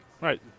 Right